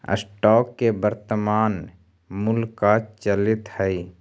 stocks के वर्तनमान मूल्य का चलित हइ